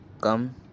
come